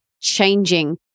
changing